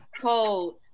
cold